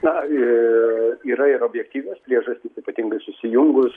na iii yra ir objektyvios priežastys ypatingai susijungus